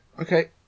Okay